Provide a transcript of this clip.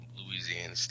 Louisiana